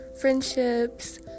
friendships